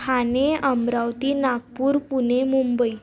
Thane Amravati Nagpur Pune Mumbai